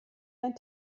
ein